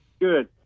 Good